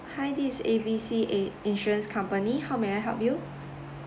hi this is A B C A insurance company how may I help you